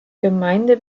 gemeinde